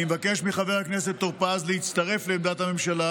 אני מבקש מחבר הכנסת טור פז להצטרף לעמדת הממשלה